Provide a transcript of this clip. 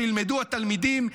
כשילמדו התלמידים,